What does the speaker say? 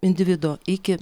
individo iki